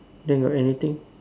then got anything